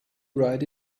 write